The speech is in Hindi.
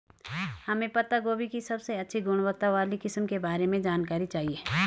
हमें पत्ता गोभी की सबसे अच्छी गुणवत्ता वाली किस्म के बारे में जानकारी चाहिए?